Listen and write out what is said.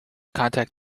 contact